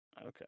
Okay